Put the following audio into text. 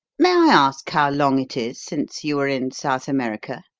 may i ask how long it is since you were in south america?